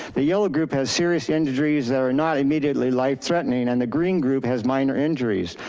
the yellow group has serious injuries that are not immediately life threatening. and the green group has minor injuries.